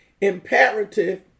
Imperative